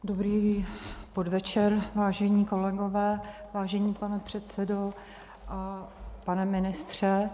Dobrý podvečer, vážení kolegové, vážený pane předsedo a pane ministře.